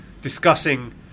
discussing